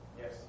Yes